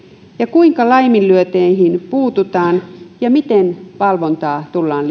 kuinka laiminlyönteihin puututaan ja miten valvontaa tullaan